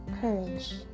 Courage